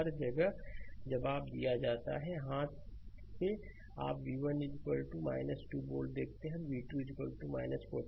हर जगह जवाब दिया जाता है हाथ से आप v1 2 वोल्ट देखते हैं और v2 14 वोल्ट यह करेंगे